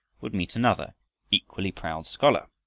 would meet another equally proud scholar.